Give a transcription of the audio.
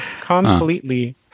completely